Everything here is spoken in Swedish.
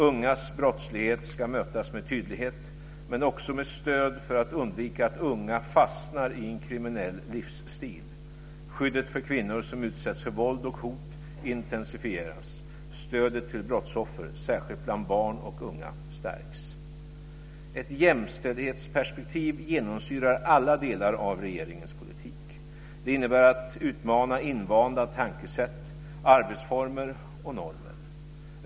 Ungas brottslighet ska mötas med tydlighet, men också med stöd för att undvika att unga fastnar i en kriminell livsstil. Skyddet för kvinnor som utsätts för våld och hot intensifieras. Stödet till brottsoffer, särskilt bland barn och unga, stärks. Ett jämställdhetsperspektiv genomsyrar alla delar av regeringens politik. Det innebär att utmana invanda tänkesätt, arbetsformer och normer.